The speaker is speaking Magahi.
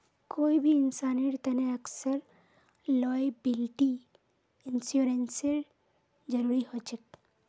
कोई भी इंसानेर तने अक्सर लॉयबिलटी इंश्योरेंसेर जरूरी ह छेक